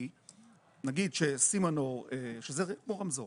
כי נגיד שסימנור שזה כמו רמזור,